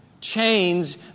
Chains